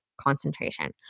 concentration